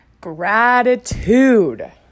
Gratitude